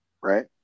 right